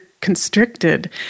constricted